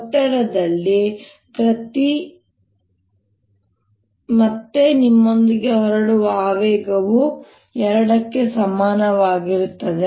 ಒತ್ತಡದಲ್ಲಿ ಮತ್ತೆ ನಿಮ್ಮೊಂದಿಗೆ ಹೊರಡುವ ಆವೇಗವು ಎರಡಕ್ಕೆ ಸಮಾನವಾಗಿರುತ್ತದೆ